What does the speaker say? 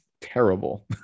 terrible